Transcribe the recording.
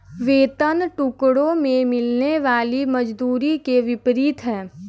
वेतन टुकड़ों में मिलने वाली मजदूरी के विपरीत है